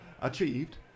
achieved